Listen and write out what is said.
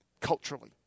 culturally